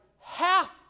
half